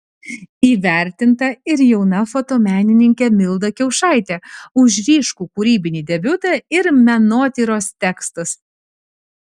įvertinta ir jauna fotomenininkė milda kiaušaitė už ryškų kūrybinį debiutą ir menotyros tekstus